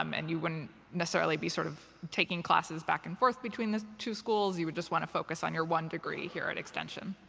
um and you wouldn't necessarily be sort of taking classes back and forth between the two schools. you would just want to focus on your one degree here at extension.